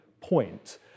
point